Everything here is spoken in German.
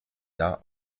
jahr